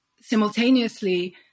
simultaneously